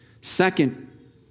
Second